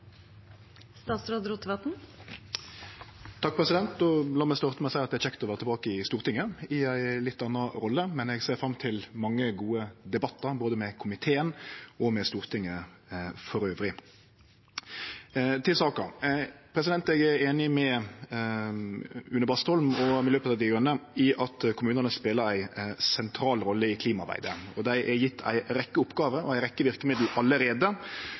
kjekt å vere tilbake i Stortinget – i ei litt anna rolle, men eg ser fram til mange gode debattar, både med komiteen og med Stortinget elles. Til saka: Eg er einig med Une Bastholm og Miljøpartiet Dei Grøne i at kommunane speler ei sentral rolle i klimaarbeidet, då dei er gjevne ei rekkje oppgåver og verkemiddel allereie